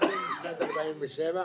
לעדן בשנת 47'